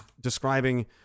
describing